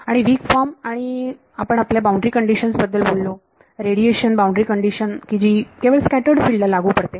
आणि weak form आणि आणि आपण आपल्या बाउंड्री कंडिशन्स बद्दल बोललो रेडिएशन बाउंड्री कंडिशन की जी केवळ स्कॅटर्ड फिल्ड ला लागू पडते